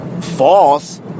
false